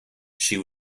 she